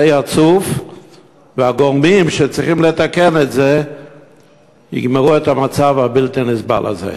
יצוף והגורמים שצריכים לתקן את זה יגמרו את המצב הבלתי-נסבל הזה.